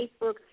Facebook